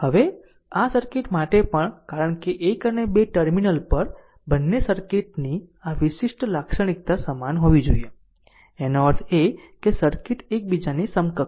હવે આ સર્કિટ માટે પણ કારણ કે એક અને બે ટર્મિનલ પર બંને સર્કિટની આ વિશિષ્ટ લાક્ષણિકતા સમાન હોવી જોઈએ એનો અર્થ છે કે સર્કિટ એક બીજાની સમકક્ષ છે